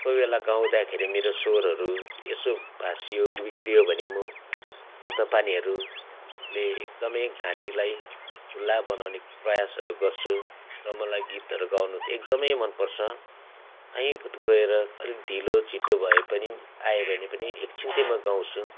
कोही बेला गाउँदाखेरि मेरो स्वरहरू यसो भासियो बिग्रियो भने म तातोपानीहरूले एकदमै घाँटीलाई खुल्ला बनाउने प्रयासहरू गर्छु र मलाई गीतहरू गाउनु चाहिँ एकदमै मनपर्छ काहीँ गएर अलिक ढिलो छिटो भए पनि आएँ भने पनि एकछिन चाहिँ म गाउँछु